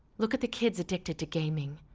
look at the kids addicted to gaming.